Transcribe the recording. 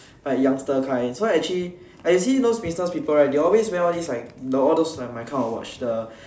like younger kind so actually actually those business people they always wear all this like my kind of watch the